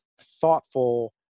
thoughtful